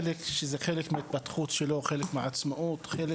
חלק מהם מתחילים לעבוד על מנת לפתח את העצמאות הכלכלית